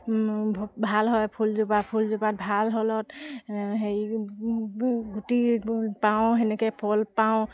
ভাল হয় ফুলজোপা ফুলজোপা ভাল হ'লত সেই গুটি পাওঁ সেনেকৈ ফল পাওঁ